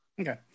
Okay